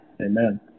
Amen